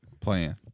playing